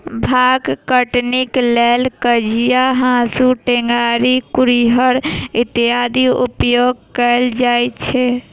भांग कटनीक लेल कचिया, हाँसू, टेंगारी, कुरिहर इत्यादिक उपयोग कयल जाइत छै